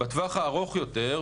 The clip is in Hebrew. בטווח הארוך יותר,